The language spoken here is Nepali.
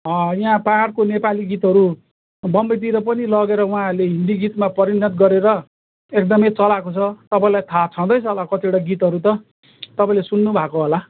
यहाँ पाहाडको नेपाली गीतहरू बम्बईतिर पनि लगेर उहाँहरूले हिन्दी गीतमा परिणत गरेर एकदमै चलाएको छ तपाईँलाई थाहा छँदै छ होला कतिवडा गीतहरू त तपाईँले सुन्नुभएको होला